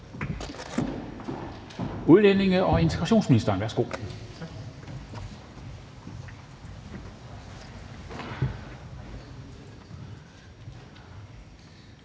udlændinge- og integrationsministeren. Værsgo.